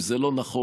אם זה לא נכון,